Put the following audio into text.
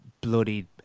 bloody